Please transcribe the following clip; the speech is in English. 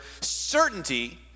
certainty